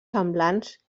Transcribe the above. semblants